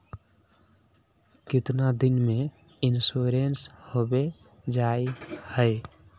कीतना दिन में इंश्योरेंस होबे जाए है?